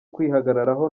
kwihagararaho